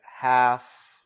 half